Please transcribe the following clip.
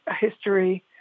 history